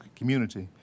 community